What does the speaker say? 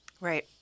Right